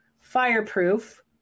Fireproof